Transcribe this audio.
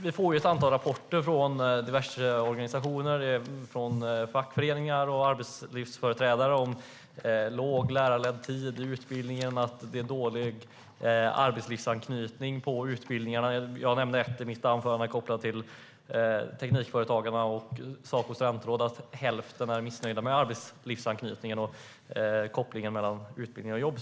Vi får ett antal rapporter från diverse organisationer, fackföreningar och arbetslivsföreträdare om för lite lärarledd tid i utbildningarna och dålig arbetslivsanknytning. Jag nämnde i mitt anförande Teknikföretagen och Saco Studentråd. Hälften är missnöjda med arbetslivsanknytningen och kopplingen mellan utbildning och jobb.